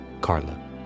Carla